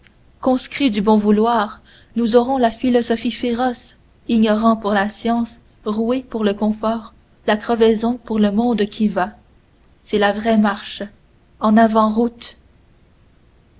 conscrits du bon vouloir nous aurons la philosophie féroce ignorants pour la science roués pour le confort la crevaison pour le monde qui va c'est la vraie marche en avant route